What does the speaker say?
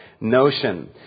notion